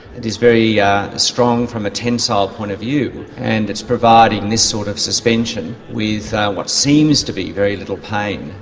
it is very yeah strong from a tensile point of view and it's providing this sort of suspension with what seems to be very little pain.